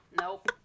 Nope